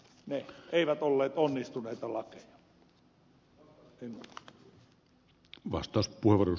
ne eivät olleet onnistuneita lakeja